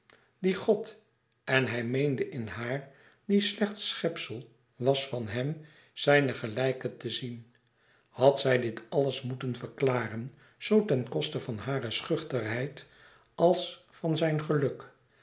die god en hij meende in haar die slechts schepsel was van hem zijne gelijke te zien had zij dit alles moeten verklaren zoo ten koste van hare schuchterheid als van zijn geluk